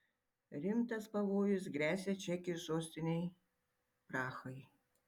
rimtas pavojus gresia čekijos sostinei prahai